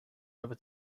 over